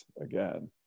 again